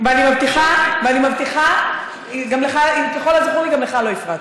ואני מבטיחה, ככל הזכור לי, גם לך לא הפרעתי,